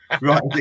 Right